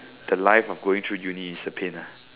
the life of going through uni is a pain lah